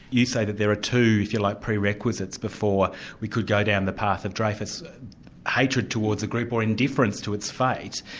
you say that there are two, if you like, prerequisites before we could down the path of dreyfus hatred towards a group, or indifference to its fate.